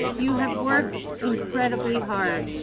you have worked incredibly hard.